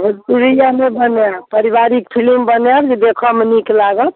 भोजपुरी आर नहि बनायब पारिवारिक फिल्म बनायब जे देखऽमे नीक लागत